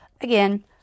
again